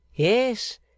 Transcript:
Yes